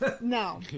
no